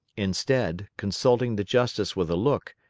instead, consulting the justice with a look,